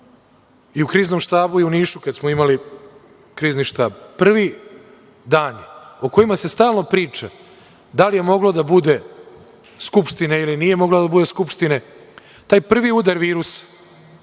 u Kriznom štabu i u Nišu, kada smo imali Krizni štab. Prvi dani o kojima se stalno priča, da li je moglo da bude Skupštine ili nije moglo da bude Skupštine, taj prvi udar virusa